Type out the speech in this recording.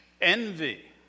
envy